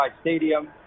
Stadium